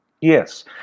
Yes